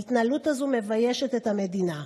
ההתנהלות הזאת מביישת את המדינה.